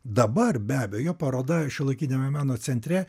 dabar be abejo paroda šiuolaikinio meno centre